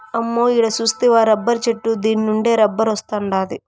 అమ్మో ఈడ సూస్తివా రబ్బరు చెట్టు దీన్నుండే రబ్బరొస్తాండాది